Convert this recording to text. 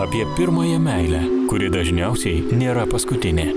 apie pirmąją meilę kuri dažniausiai nėra paskutinė